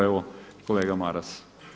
Evo kolega Maras.